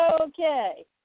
Okay